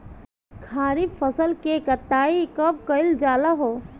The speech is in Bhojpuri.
खरिफ फासल के कटाई कब कइल जाला हो?